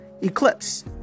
Eclipse